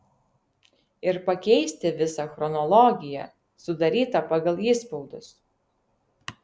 ir pakeisti visą chronologiją sudarytą pagal įspaudus